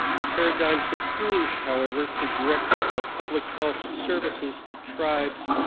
the paradigm continues, however to direct our public health services to tribes,